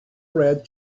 read